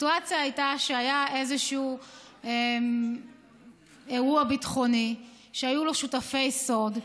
הסיטואציה הייתה שהיה איזשהו אירוע ביטחוני שהיו לו שותפי סוד.